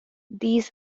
these